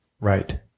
right